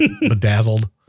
Bedazzled